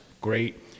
great